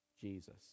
Jesus